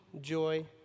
joy